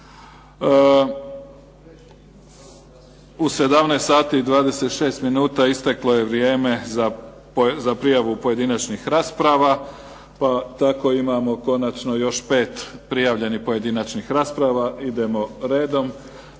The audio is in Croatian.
minuta isteklo je vrijeme za prijavu pojedinačnih rasprava, pa tako imamo konačno još pet prijavljenih pojedinačnih rasprava. Idemo redom.